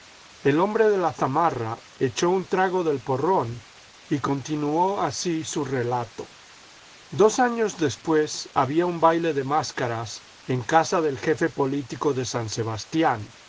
el hombre de la zamarra echó un trago del porrón y continuó así su relato dos años después había un baile de máscaras en casa del jefe político de san sebastián